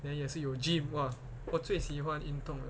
then 也是有 gym !wah! 我最喜欢运动